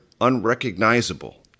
unrecognizable